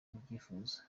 ubyifuza